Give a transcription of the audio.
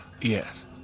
Yes